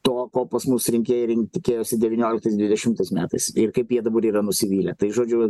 to ko pas mus rinkėjai rin tikėjosi devynioliktas dvidešimais metais ir kaip jie dabar yra nusivylę tai žodžiu